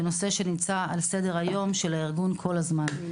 זהו נושא שנמצא על סדר היום של הארגון כל הזמן.